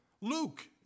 Luke